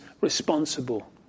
responsible